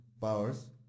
powers